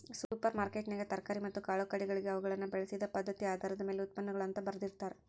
super ಮಾರ್ಕೆಟ್ನ್ಯಾಗ ತರಕಾರಿ ಮತ್ತ ಕಾಳುಕಡಿಗಳಿಗೆ ಅವುಗಳನ್ನ ಬೆಳಿಸಿದ ಪದ್ಧತಿಆಧಾರದ ಮ್ಯಾಲೆ ಉತ್ಪನ್ನಗಳು ಅಂತ ಬರ್ದಿರ್ತಾರ